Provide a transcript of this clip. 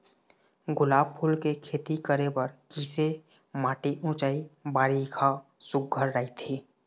गुलाब फूल के खेती करे बर किसे माटी ऊंचाई बारिखा सुघ्घर राइथे?